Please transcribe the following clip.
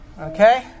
Okay